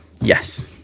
Yes